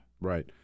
Right